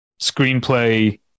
screenplay